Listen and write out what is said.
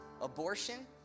abortion